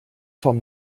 vom